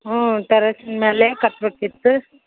ಹ್ಞೂ ಟೆರೇಸ್ ಮ್ಯಾಲೆ ಕಟ್ಬೇಕಿತ್ತು